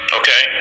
okay